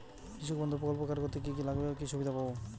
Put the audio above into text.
কৃষক বন্ধু প্রকল্প কার্ড করতে কি কি লাগবে ও কি সুবিধা পাব?